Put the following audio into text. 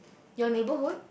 your neighborhood